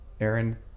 Aaron